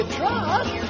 trust